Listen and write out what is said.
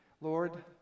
Lord